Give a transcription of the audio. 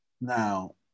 Now